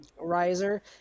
riser